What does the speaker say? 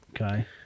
okay